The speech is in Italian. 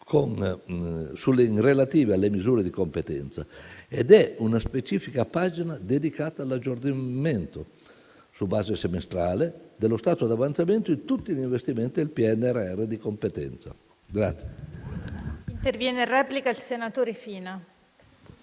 relative alle misure di competenza, e una specifica pagina è dedicata all'aggiornamento su base semestrale dello stato d'avanzamento di tutti gli investimenti del PNRR di competenza. PRESIDENTE. Ha facoltà di intervenire in replica il senatore Fina,